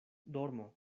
dormo